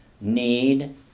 need